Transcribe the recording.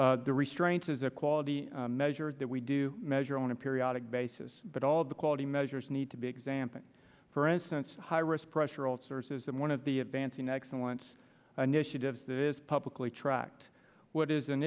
that the restraints is a quality measured that we do measure on a periodic basis but all of the quality measures need to be example for instance high risk pressure old sources and one of the advancing excellence initiatives that is publicly tracked what is an